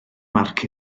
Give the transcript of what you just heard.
marc